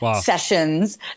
sessions